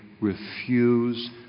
refuse